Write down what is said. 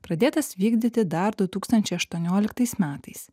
pradėtas vykdyti dar du tūkstančiai aštuonioliktais metais